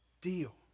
deal